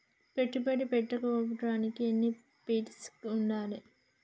పెట్టుబడి పెట్టేటోనికి ఎన్ని ఫండ్స్ ఉండాలే?